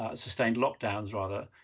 ah sustained lockdowns, rather,